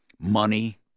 money